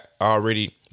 already